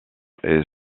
est